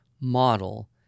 model